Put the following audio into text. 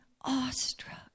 awestruck